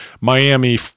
Miami